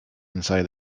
inside